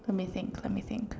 let me think let me think